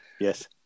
Yes